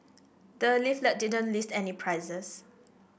the leaflet didn't list any prices